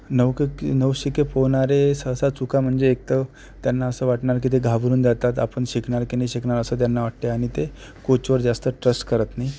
नवके के नवशिके पोहणारे सहसा चुका म्हणजे एक तर त्यांना असं वाटणार की ते घाबरून जातात आपण शिकणार की नाही शिकणार असं त्यांना वाटते आणि ते कोचवर जास्त ट्रस्ट करत नाही